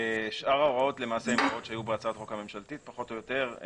שאר ההוראות למעשה הן הוראות שהיו בהצעת החוק הממשלתית פחות או יותר.